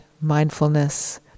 mindfulness